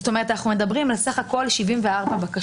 זאת אומרת אנחנו מדברים בסך הכול על 74 בקשות.